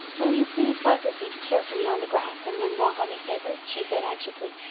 will you please wipe your feet carefully on the grass and then walk on these papers? she said anxiously.